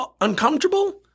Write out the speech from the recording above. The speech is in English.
uncomfortable